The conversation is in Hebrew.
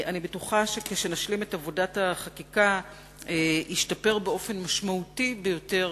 אני בטוחה שכשנשלים את עבודת החקיקה ישתפר באופן משמעותי ביותר